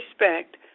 respect